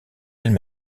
elles